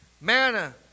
manna